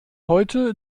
heute